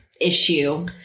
issue